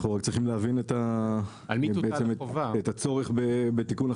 אנחנו רק צריכים להבין את הצורך בתיקון החוק.